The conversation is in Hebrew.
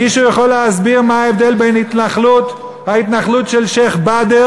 מישהו יכול להסביר מה ההבדל בין ההתנחלות של שיח'-באדר,